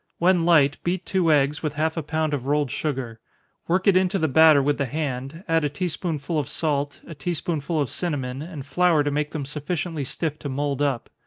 when light, beat two eggs, with half a pound of rolled sugar work it into the batter with the hand, add a tea-spoonful of salt, a tea-spoonful of cinnamon, and flour to make them sufficiently stiff to mould up.